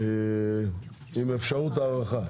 עם אפשרות להארכה.